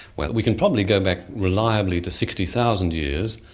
well, we can probably go back reliably to sixty thousand years,